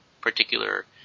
particular